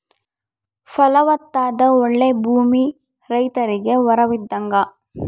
ಫಲವತ್ತಾದ ಓಳ್ಳೆ ಭೂಮಿ ರೈತರಿಗೆ ವರವಿದ್ದಂಗ